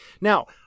Now